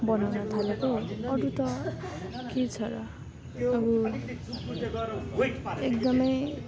बनाउन थालेको अरू त के छ र एकदमै